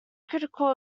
critical